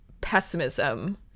pessimism